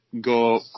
go